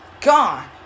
gone